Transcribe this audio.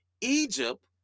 Egypt